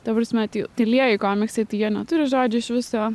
ta prasme ty tylieji komiksai tai jie neturi žodžių iš viso